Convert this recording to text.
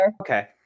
Okay